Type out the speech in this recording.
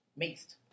maced